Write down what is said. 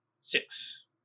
six